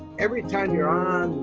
every time you're on,